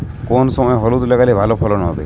কোন সময় হলুদ লাগালে ভালো ফলন হবে?